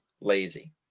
lazy